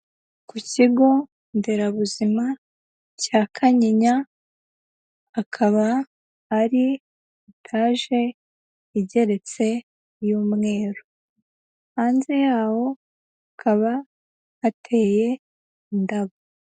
Ku kigo nderabuzima cya Kanyinya, akaba ari etaje igeretse y'umweru, hanze yaho hakaba hateye indabo.